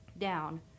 down